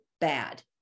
bad